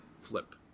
flip